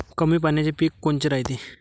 कमी पाण्याचे पीक कोनचे रायते?